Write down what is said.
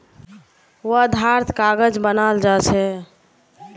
वर्धात कागज बनाल जा छे